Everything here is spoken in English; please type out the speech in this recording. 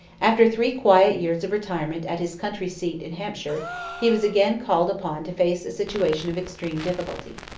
after three quiet years of retirement at his country seat in hampshire he was again called upon to face a situation of extreme difficulty.